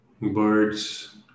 birds